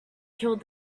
killed